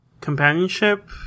Companionship